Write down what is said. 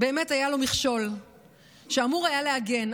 באמת היה לו מכשול שאמור היה להגן,